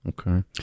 Okay